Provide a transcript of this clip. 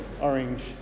orange